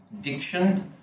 diction